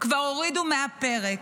כבר הורידו מהפרק.